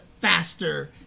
faster